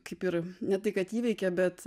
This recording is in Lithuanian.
kaip ir ne tai kad įveikė bet